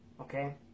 Okay